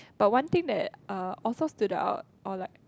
but one thing that uh also stood out or like